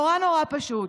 נורא נורא פשוט.